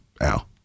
Al